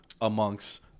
amongst